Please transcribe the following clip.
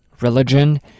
religion